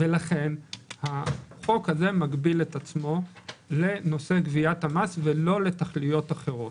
לכן החוק הזה מגביל את עצמו לנושא גביית המס ולא לתכליות אחרות.